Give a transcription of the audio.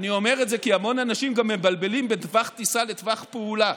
אני אומר את זה כי המון אנשים גם מבלבלים בין טווח טיסה לטווח פעולה.